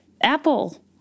Apple